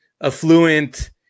affluent